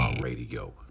Radio